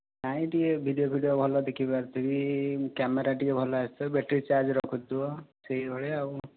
ନାହିଁ ଟିକେ ଭିଡ଼ିଓ ଫିଡ଼ିଓ ଭଲ ଦେଖିପାରୁଥିବି କ୍ୟାମେରା ଟିକେ ଭଲ ଆସୁଥିବ ବେଟ୍ରି ଚାର୍ଜ ରଖୁଥିବ ସେଇ ଭଳିଆ ଆଉ